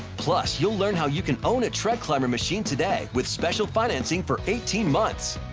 plus you'll learn how you can own a treadclimber machine today with special financing for eighteen months.